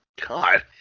God